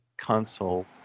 console